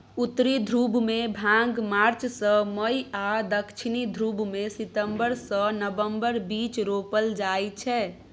उत्तरी ध्रुबमे भांग मार्च सँ मई आ दक्षिणी ध्रुबमे सितंबर सँ नबंबरक बीच रोपल जाइ छै